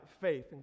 faith